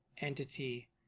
entity